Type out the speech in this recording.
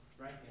Right